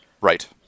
Right